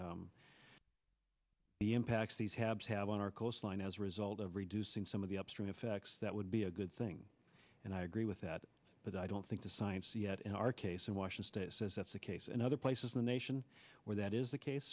the the impact these habs have on our coastline as a result of reducing some of the upstream effects that would be a good thing and i agree with that but i don't think the science yet in our case it washes state says that's the case in other places in the nation where that is the case